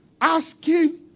asking